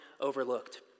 overlooked